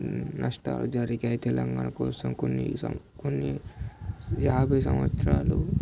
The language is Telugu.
నష్టాలు జరిగాయి తెలంగాణ కోసం కొన్ని సం కొన్ని యాభై సంవత్సరాలు